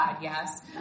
yes